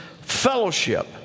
fellowship